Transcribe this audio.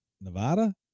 Nevada